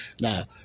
Now